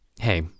Hey